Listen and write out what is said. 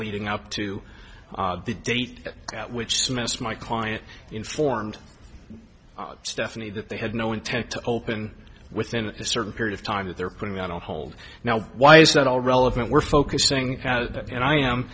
leading up to the date at which the miss my client informed stephanie that they had no intent to open within a certain period of time that they're putting on hold now why is that all relevant we're focusing and i am